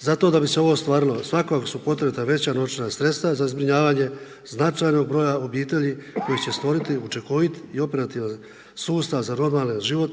Zato da bi se ovo ostvarilo, svakako su potrebita veća novčana sredstva za zbrinjavanje značajnog broja obitelji koji će stvoriti učinkovit i operativan sustav za normalan život